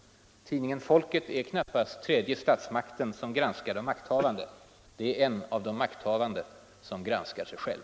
Tidningen Folket är knappast tredje statsmakten som granskar de makthavande — det är en av de makthavande som granskar sig själv.